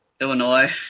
Illinois